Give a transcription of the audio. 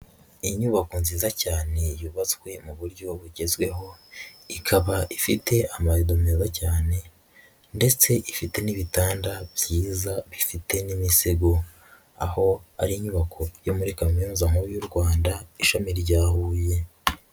Inyubako nziza cyane yubatswe mu buryo bugezweho, ikaba ifite amarido meza cyane ndetse ifite n'ibitanda byiza bifite n'imisego, aho ari inyubako yo muri kaminuza nkuru y'u Rwanda ishami rya Huye.